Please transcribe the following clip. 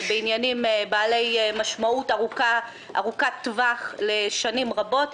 בעניינים בעלי משמעות ארוכת טווח לשנים רבות,